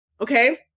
okay